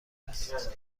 است